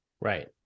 Right